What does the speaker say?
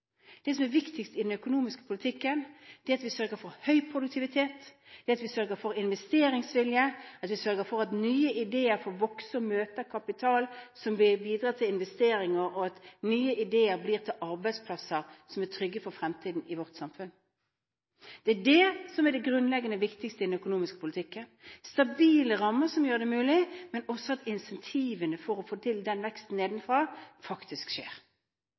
Det som er viktigst i den økonomiske politikken, er at vi sørger for høy produktivitet, at vi sørger for investeringsvilje, at vi sørger for at nye ideer får vokse og møter kapital som vil bidra til investeringer, og at nye ideer blir til arbeidsplasser som er trygge for fremtiden i vårt samfunn. Det er det som er det grunnleggende viktigste i den økonomiske politikken – stabile rammer som gjør dette mulig, men også at incentivene for å få til veksten nedenfra, faktisk skjer.